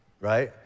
right